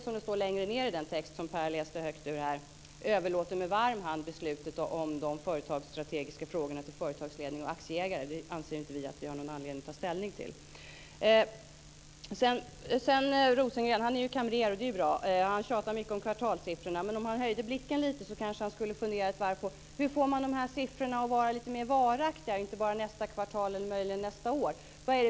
Som det står längre ned i den text som Per Rosengren läste högt ur överlåter vi i Folkpartiet med varm hand besluten om de företagsstrategiska frågorna till företagsledning och aktieägare. Vi anser inte att vi har någon anledning att ta ställning till dem. Per Rosengren är kamrer, och det är bra. Han tjatar mycket om kvartalssiffrorna, men om han höjde blicken lite skulle kan kanske fundera ett varv på hur man får de här siffrorna att bli lite mer varaktiga och gälla inte bara för nästa kvartal utan möjligen också för nästa år.